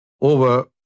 over